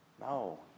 No